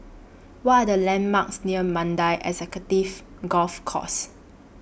What Are The landmarks near Mandai Executive Golf Course